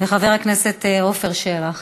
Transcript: וחבר הכנסת עפר שלח.